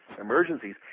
emergencies